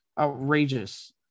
outrageous